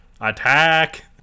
attack